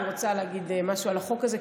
אני רוצה לומר משהו על החוק הזה,